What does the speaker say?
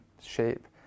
shape